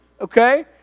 okay